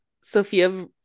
Sophia